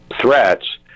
Threats